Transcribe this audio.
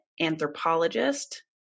anthropologist